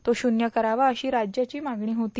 तो शून्य करावा अशी राज्याची मागणी झेती